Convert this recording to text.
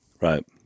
Right